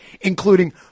including